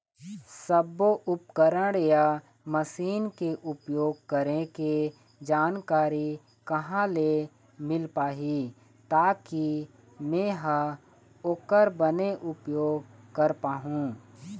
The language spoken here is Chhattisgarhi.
सब्बो उपकरण या मशीन के उपयोग करें के जानकारी कहा ले मील पाही ताकि मे हा ओकर बने उपयोग कर पाओ?